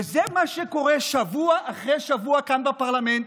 וזה מה שקורה שבוע אחרי שבוע כאן בפרלמנט,